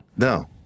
No